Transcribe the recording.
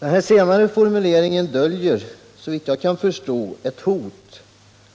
Denna senare formulering döljer såvitt jag kan förstå ett hot,